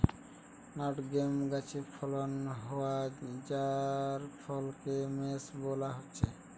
nutmeg গাছে ফলন হোয়া জায়ফলকে মেস বোলা হচ্ছে